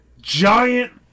giant